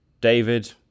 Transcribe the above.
david